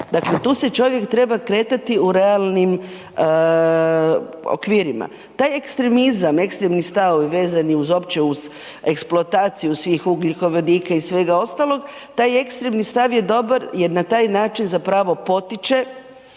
Dakle tu se čovjek treba kretati u realnim okvirima. Taj ekstremizam, ekstremni stavovi vezani uz uopće uz eksploataciju svih ugljikovodika i svega ostalog, taj ekstremni stav je dobar jer na taj način zapravo potiče